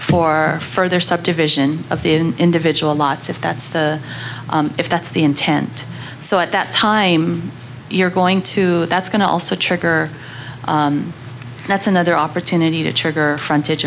for further subdivision of the individual lots if that's the if that's the intent so at that time you're going to that's going to also trigger that's another opportunity to trigger frontage